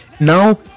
now